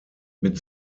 mit